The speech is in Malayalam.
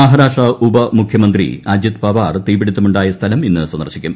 മഹാരാഷ്ട്ര ഉപമുഖ്യമന്ത്രി അജിത് പവാർ തീപിടുത്തമുണ്ടായ സ്ഥലം ഇന്ന് സന്ദർശിക്കും